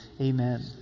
Amen